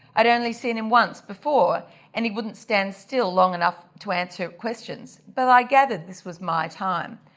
i'd only seen him once before and he wouldn't stand still long enough to answer questions. but i gathered this was my time.